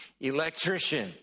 electrician